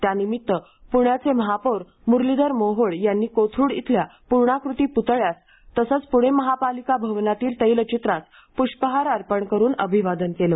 त्यानिमित्त प्ण्याचे महापौर मुरलीधर मोहोळ यांनी कोथरुड इथल्या पूर्णाकृती पुतळ्यास तसंच पुणे महापालिका भवनातील तैलचित्रास पुष्पहार अर्पण करून अभिवादन केलं